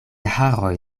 haroj